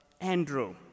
Andrew